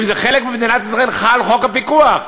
אם זה חלק ממדינת ישראל, חל חוק הפיקוח.